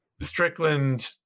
Strickland